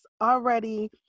already